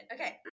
Okay